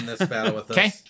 Okay